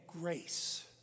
grace